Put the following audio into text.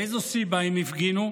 מאיזו סיבה הם הפגינו?